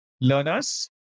learners